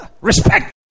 Respect